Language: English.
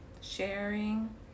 sharing